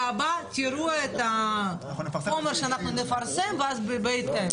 להבא, תראו את החומר שאנחנו נפרסם ואז בהתאם.